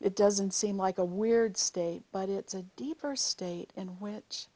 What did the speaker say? it doesn't seem like a weird state but it's a deeper state in which